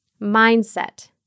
mindset